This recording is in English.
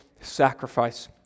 sacrifice